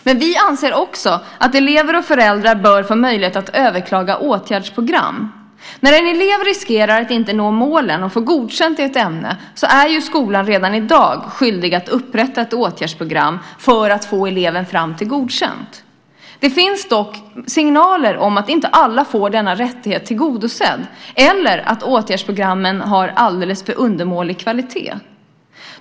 Men vi anser också att elever och föräldrar bör få möjlighet att överklaga åtgärdsprogram. När en elev riskerar att inte nå målen och få godkänt i ett ämne är skolan redan i dag skyldig att upprätta ett åtgärdsprogram för att få eleven fram till godkänt. Det finns dock signaler om att inte alla får denna rättighet tillgodosedd eller att åtgärdsprogrammen har en alldeles för undermålig kvalitet.